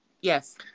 Yes